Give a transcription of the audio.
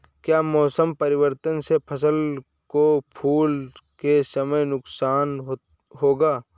क्या मौसम परिवर्तन से फसल को फूल के समय नुकसान होगा?